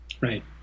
Right